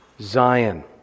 Zion